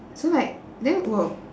so like then work